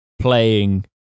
playing